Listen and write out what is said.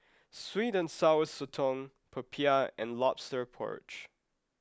Sweet and Sour Sotong Popiah and Lobster Porridge